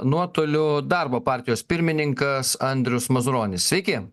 nuotoliu darbo partijos pirmininkas andrius mazuronis sveiki